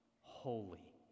holy